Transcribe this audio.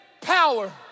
power